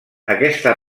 aquesta